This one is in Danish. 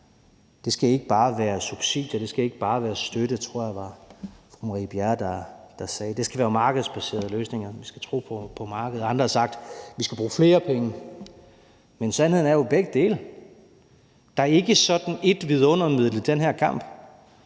at det ikke bare skal være subsidier, at det ikke bare skal være støtte – jeg tror, det var fru Marie Bjerre, der sagde det. Det skal være markedsbaserede løsninger – vi skal tro på markedet. Andre har sagt, at vi skal bruge flere penge. Men sandheden er jo begge dele. Der er ikke sådan ét vidundermiddel i den her kamp.